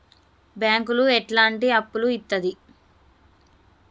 బ్యాంకులు ఎట్లాంటి అప్పులు ఇత్తది?